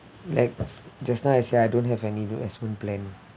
like just now I say I don't have any investment plan